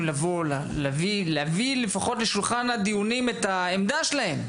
להביא לשולחן הדיונים את העמדה שלהם.